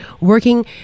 Working